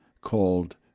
called